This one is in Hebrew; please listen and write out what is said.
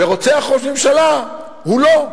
ורוצח ראש ממשלה הוא לא.